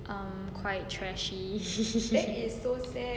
um quite trashy